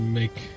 make